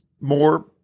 more